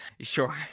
Sure